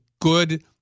good